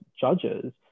judges